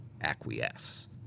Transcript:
acquiesce